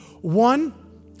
One